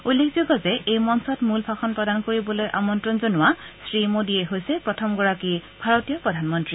উল্লেখযোগ্য যে এই মঞ্চত মূল ভাষণ প্ৰদান কৰিবলৈ আমন্ত্ৰণ জনোৱা শ্ৰীমোদীয়েই হৈছে প্ৰথমগৰাকী ভাৰতীয় প্ৰধানমন্ত্ৰী